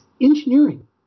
engineering